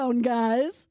guys